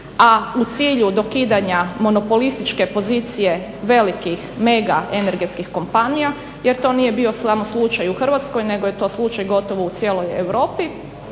a u cilju dokidanja monopolističke pozicije velikih mega energetskih kompanija jer to nije bio samo slučaj u Hrvatskoj, nego je to slučaj gotovo u cijeloj Europi